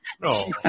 No